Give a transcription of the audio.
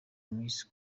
miss